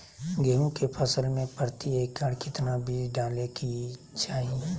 गेहूं के फसल में प्रति एकड़ कितना बीज डाले के चाहि?